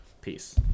Peace